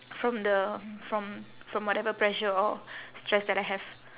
from the from from whatever pressure or stress that I have